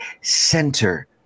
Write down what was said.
center